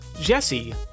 Jesse